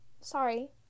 Sorry